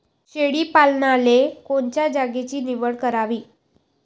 शेळी पालनाले कोनच्या जागेची निवड करावी?